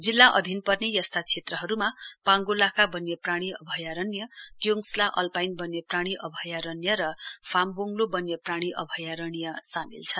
जिल्ला अधिन पर्ने यस्ता क्षेत्रहरूमा पाङ्गोखोला वन्यप्राणी अभ्यारण् क्योडसाला अल्पलाइन वन्यप्राणी अभ्यारण र फामवाङ्लो वन्यप्राणी अभ्यारण्य सामेल छन्